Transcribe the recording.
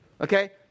Okay